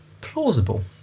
plausible